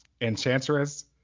Enchantress